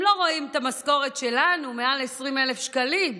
הם לא רואים את המשכורת שלנו, מעל 20,000 שקלים.